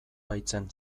baitzen